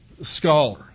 scholar